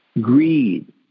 greed